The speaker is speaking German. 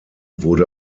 wurde